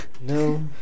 No